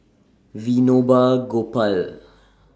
Vinoba Gopal